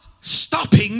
stopping